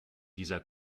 dieser